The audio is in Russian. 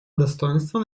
достоинства